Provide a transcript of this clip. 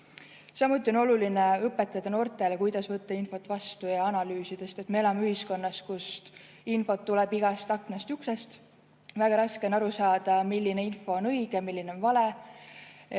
Samuti on oluline õpetada noortele, kuidas võtta infot vastu ja seda analüüsida, sest me elame ühiskonnas, kus infot tuleb igast aknast-uksest, väga raske on aru saada, milline info on õige, milline vale.